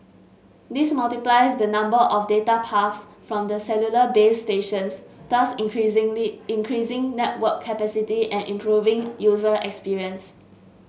this multiplies the number of data paths from the cellular base stations thus increasingly increasing network capacity and improving user experience